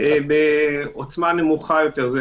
בעוצמה נמוכה יותר.